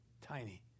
tiny